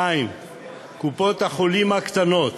2. קופות-חולים הקטנות,